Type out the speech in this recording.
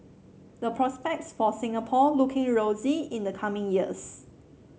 the prospects for Singapore looking rosy in the coming years